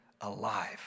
alive